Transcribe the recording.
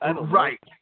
Right